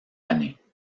années